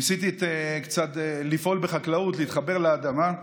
ניסיתי קצת לפעול בחקלאות, להתחבר לאדמה.